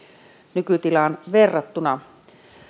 nykytilaan verrattuna